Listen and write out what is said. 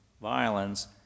violence